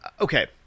okay